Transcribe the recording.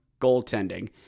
goaltending